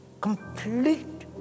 complete